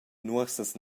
nuorsas